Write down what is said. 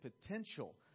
potential